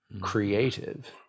creative